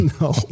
No